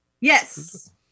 Yes